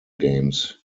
games